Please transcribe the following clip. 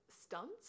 stunts